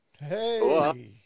Hey